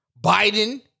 Biden